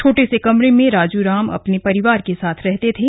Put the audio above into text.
छोटे से कमरे में राजूराम अपने परिवार के साथ रहते थे